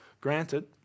Granted